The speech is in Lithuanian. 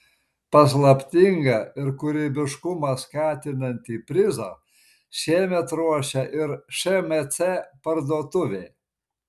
paslaptingą ir kūrybiškumą skatinantį prizą šiemet ruošia ir šmc parduotuvė